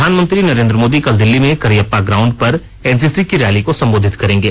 प्रधानमंत्री नरेंद्र मोदी कल दिल्ली में करियप्पा ग्राउण्ड पर एनसीसी की रैली को संबोधित करेंगे